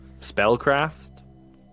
spellcraft